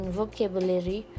vocabulary